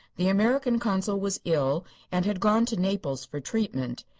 the american consul was ill and had gone to naples for treatment.